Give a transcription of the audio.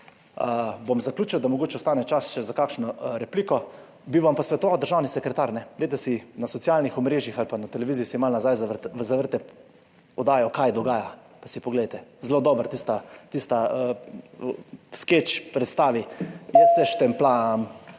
Bom zaključil, da mogoče ostane čas še za kakšno repliko. Bi vam pa svetoval državni sekretar, ne dajte si na socialnih omrežjih ali pa na televiziji si malo nazaj zavrteti oddajo kaj dogaja, pa si poglejte zelo dobro tista, tista skeč predstavi: "Jaz se štempljam."